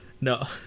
no